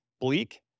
bleak